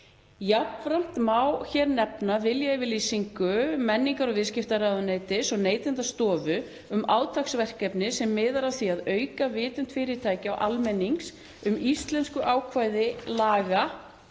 Jafnframt má hér nefna viljayfirlýsingu menningar- og viðskiptaráðuneytis og Neytendastofu um átaksverkefni sem miðar að því að auka vitund fyrirtækja og almennings um íslenskuákvæði laga